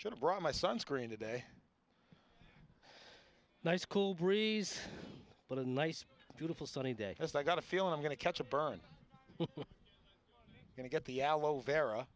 should have brought my sunscreen today nice cool breeze but a nice beautiful sunny day as i got a feeling i'm going to catch a burn going to get the aloe vera